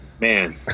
Man